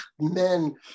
men